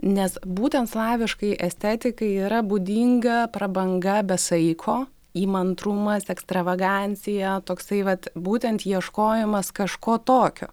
nes būtent slaviškai estetikai yra būdinga prabanga be saiko įmantrumas ekstravagancija toksai vat būtent ieškojimas kažko tokio